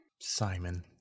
Simon